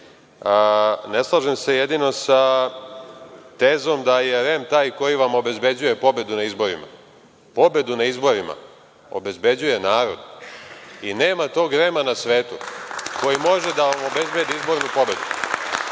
slažem se jedino sa tezom da je REM taj koji vam obezbeđuje pobedu na izborima. Pobedu na izborima obezbeđuje narod i nema tog REM-a na svetu koji može da vam obezbedi izbornu pobedu.